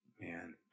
Man